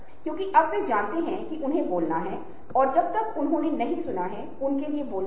और प्रत्येक मामले में आप कुछ चीजों की पहचान करने की कोशिश कर रहे हैं